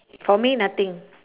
for me nothing